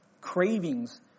cravings